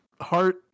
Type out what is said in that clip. heart